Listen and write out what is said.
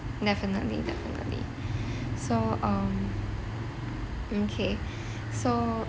definitely definitely so um okay so